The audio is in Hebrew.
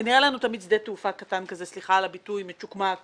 זה נראה לנו תמיד שדה תעופה קטן כזה סליחה על הביטוי מצוקמק,